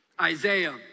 Isaiah